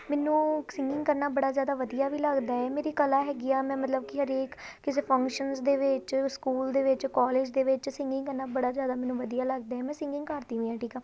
ਮੈਨੂੰ ਸਿੰਗਿੰਗ ਕਰਨਾ ਬੜਾ ਜ਼ਿਆਦਾ ਵਧੀਆ ਵੀ ਲੱਗਦਾ ਹੈ ਮੇਰੀ ਕਲਾ ਹੈਗੀ ਆ ਮੈਂ ਮਤਲਬ ਕਿ ਹਰੇਕ ਕਿਸੇ ਫੰਕਸ਼ਨ ਦੇ ਵਿੱਚ ਸਕੂਲ ਦੇ ਵਿੱਚ ਕੋਲਜ ਦੇ ਵਿੱਚ ਸਿੰਗਿੰਗ ਕਰਨਾ ਬੜਾ ਜ਼ਿਆਦਾ ਮੈਨੂੰ ਵਧੀਆ ਲੱਗਦਾ ਮੈਂ ਸਿੰਗਿੰਗ ਕਰਦੀ ਹੋਈ ਹਾਂ ਠੀਕ ਆ